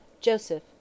Joseph